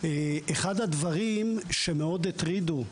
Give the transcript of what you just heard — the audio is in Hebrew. אחד הדברים שמאוד הטרידו,